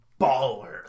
baller